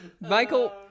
Michael